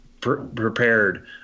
prepared